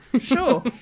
Sure